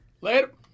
Later